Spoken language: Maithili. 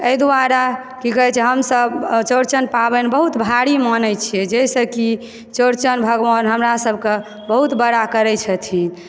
एहिदुआरे कि कहैत छै हमसभ चौरचन पाबनि बहुत भारी मानैत छियै जाहिसँ कि चौरचन भगवान हमरासभकऽ बहुत बड़ा करैत छथिन